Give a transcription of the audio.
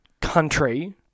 country